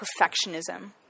perfectionism